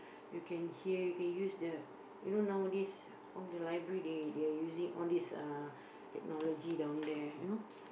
you can hear you can use the you know nowadays all the library they they are using all these uh technology down there you know